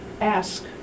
Ask